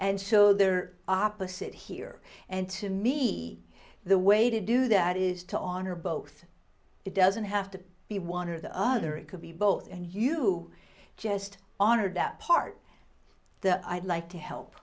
and so they're opposite here and to me the way to do that is to honor both it doesn't have to be one or the other it could be both and you just honored that part that i'd like to help